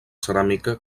ceràmica